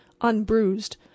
unbruised